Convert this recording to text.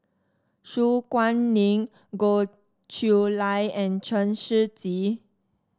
Su Guaning Goh Chiew Lye and Chen Shiji